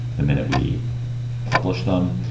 the minute we publish them.